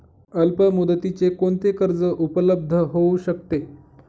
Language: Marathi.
अल्पमुदतीचे कोणते कर्ज उपलब्ध होऊ शकते?